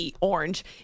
orange